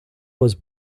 was